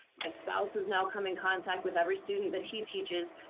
my spouse has now come in contact with every student that he teaches.